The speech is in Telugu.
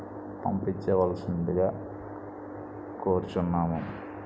పంపించవలసినదిగా కోరుచున్నాము